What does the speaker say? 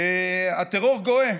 הטרור גואה,